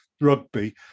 rugby